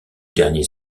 dernier